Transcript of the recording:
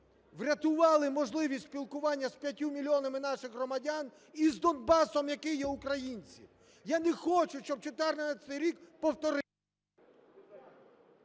врятували можливість спілкування з 5 мільйонами наших громадян і з Донбасом, який є український. Я не хочу, щоб 2014 рік… ГОЛОВУЮЧИЙ.